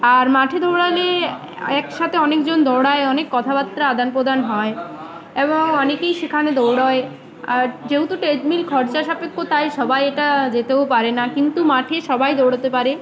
আর মাঠে দৌড়ালে একসাথে অনেকজন দৌড়ায় অনেক কথাবার্তা আদান প্রদান হয় এবং অনেকেই সেখানে দৌড়য় আর যেহেতু ট্রেডমিল খরচা সাপেক্ষ তাই সবাই এটা যেতেও পারে না কিন্তু মাঠে সবাই দৌড়োতে পারে